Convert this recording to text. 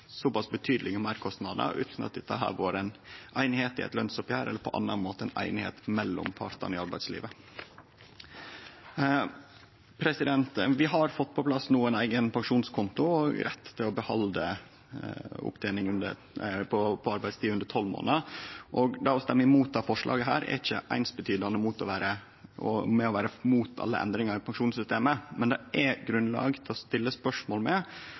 såpass betydelege meirkostnader utan at det har vore einigheit i eit lønsoppgjer eller på annan måte einigheit mellom partane i arbeidslivet. Vi har no fått på plass ein eigen pensjonskonto og rett til å behalde opptening på arbeidstid under tolv månader, og det å stemme imot dette forslaget er ikkje det same som å vere imot alle endringar i pensjonssystemet. Men det er grunnlag for å stille spørsmål